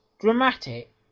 dramatic